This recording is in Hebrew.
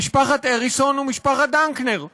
משפחת אריסון ומשפט דנקנר.